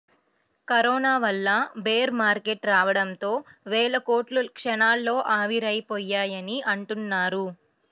corona వల్ల bear market రావడంతో వేల కోట్లు క్షణాల్లో ఆవిరయ్యాయని అంటున్నారు